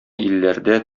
илләрдә